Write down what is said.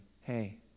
hey